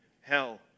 hell